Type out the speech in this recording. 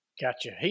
Gotcha